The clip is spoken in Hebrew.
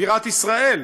בירת ישראל,